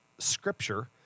scripture